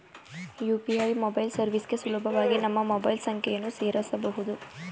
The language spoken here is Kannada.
ಯು.ಪಿ.ಎ ಮೊಬೈಲ್ ಸರ್ವಿಸ್ಗೆ ಸುಲಭವಾಗಿ ನಮ್ಮ ಮೊಬೈಲ್ ಸಂಖ್ಯೆಯನ್ನು ಸೇರಸಬೊದು